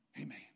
Amen